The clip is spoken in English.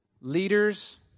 leaders